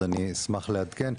אז אני אשמח לעדכן.